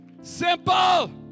Simple